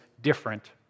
different